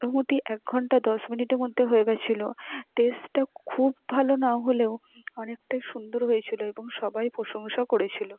মোটামুটি এক ঘণ্টা দশ মিনিটের মধ্যে হয়ে গিয়েছিল টেস্টটা খুব ভালো না হলেও অনেকটাই সুন্দর হয়েছিল এবং সবাই প্রশংসা করেছিল